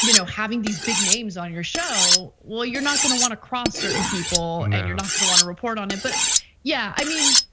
you know having these big names on your show? well you're not gonna wanna cross certain people and and you're not gonna want to report on it but yeah, i mean,